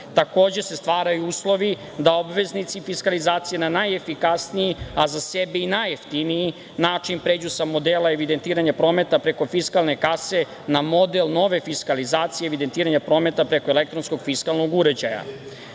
Takođe, stvaraju se uslovi da obveznici fiskalizacije na najefikasniji, a za sebe i najjeftiniji način pređu sa modela evidentiranja prometa preko fiskalne kase na model nove fiskalizacije evidentiranja prometa preko elektronskog fiskalnog uređaja.